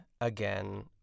again